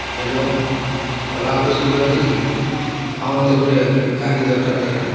hello Ola ଅଫିସ୍କୁ ଲାଗିଛି କି ହଁ ମୋତେ ଗୋଟିଏ ଗାଡ଼ି ଦରକାର ଥିଲା